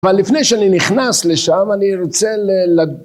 אבל לפני שאני נכנס לשם אני רוצה